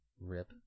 Rip